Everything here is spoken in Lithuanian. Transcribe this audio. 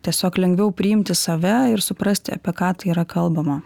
tiesiog lengviau priimti save ir suprasti apie ką tai yra kalbama